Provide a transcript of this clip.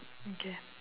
okay